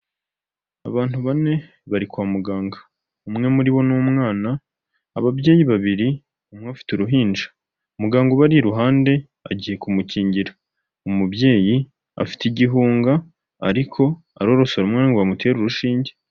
Abantu bane bari kwa muganga, umwe muri bo ni umwana, ababyeyi babiri umwe afite uruhinja, muganga ubari iruhande agiye kumukingira, umubyeyi afite igihunga ariko arorosora umwana ngo bamutere urushinge.